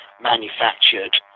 manufactured